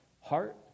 Heart